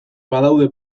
badaude